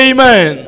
Amen